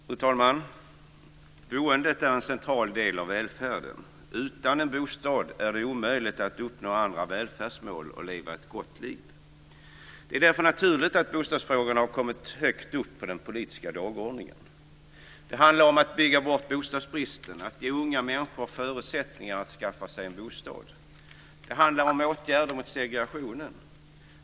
Fru talman! Boendet är en central del av välfärden. Utan en bostad är det omöjligt att uppnå andra välfärdsmål och leva ett gott liv. Det är därför naturligt att bostadsfrågorna kommit högt upp på den politiska dagordningen. Det handlar om att bygga bort bostadsbristen och att ge unga människor förutsättningar att skaffa sig en bostad. Det handlar om åtgärder mot segregationen.